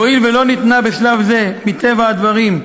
והואיל ולא ניתן בשלב זה, מטבע הדברים,